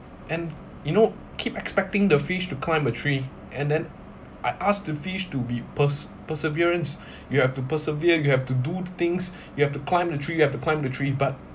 and you know keep expecting the fish to climb a tree and then I asked the fish to be pers~ perseverance you have to persevere you have to do things you have to climb the tree you have to climb the tree but